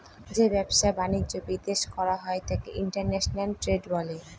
যে ব্যবসা বাণিজ্য বিদেশ করা হয় তাকে ইন্টারন্যাশনাল ট্রেড বলে